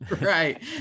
Right